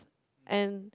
and